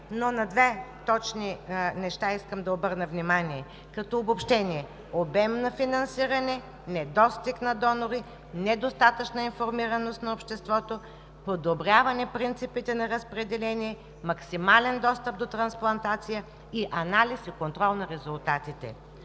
но на няколко точни неща искам да обърна внимание, като обобщение: обем на финансиране, недостиг на донори, недостатъчна информираност на обществото, подобряване принципите на разпределение, максимален достъп до трансплантация и анализ и контрол на резултатите.